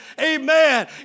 amen